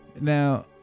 Now